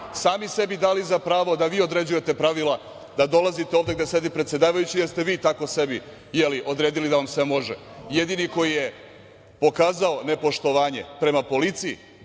sami sebi dali za pravo da vi određujete pravila, da dolazite ovde gde sedi predsedavajući, jer ste vi tako sebi odredili da vam se može. Jedini koji je pokazao nepoštovanje prema policiji